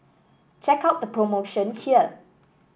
check out the promotion here